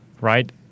right